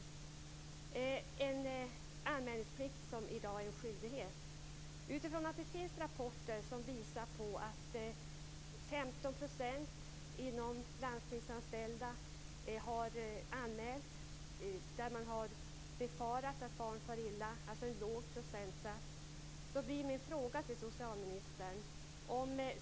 Den anmälningsplikten är en skyldighet i dag. Det finns rapporter som visar att 15 % av landstingsanställda har anmält när de befarat att barn far illa.